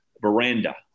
Veranda